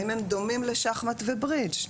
האם הם דומים לשח-מט וברידג'?